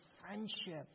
friendship